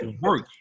work